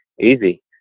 easy